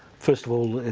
first of all,